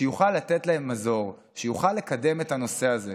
שיוכל לתת להם מזור, שיוכל לקדם את הנושא הזה.